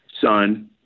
Son